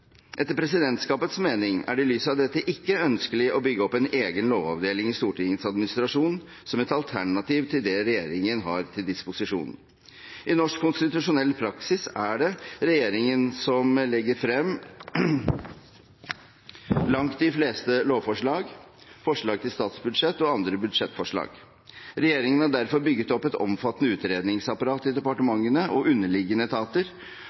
Etter presidentskapets mening er det i lys av dette ikke ønskelig å bygge opp en egen lovavdeling i Stortingets administrasjon som et alternativ til det regjeringen har til disposisjon. I norsk konstitusjonell praksis er det regjeringen som legger frem langt de fleste lovforslag, forslag til statsbudsjett og andre budsjettforslag. Regjeringen har derfor bygget opp et omfattende utredningsapparat i departementene og underliggende etater,